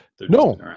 No